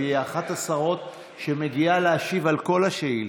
והיא אחת השרות שמגיעות להשיב על כל השאילתות.